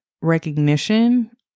recognition